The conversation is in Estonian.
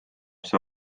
see